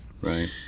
Right